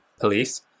police